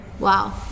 wow